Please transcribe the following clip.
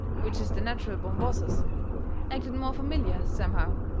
which is their natcheral-born bosses acted more familiar, somehow,